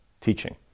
teaching